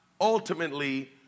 ultimately